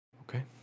okay